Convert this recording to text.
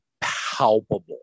palpable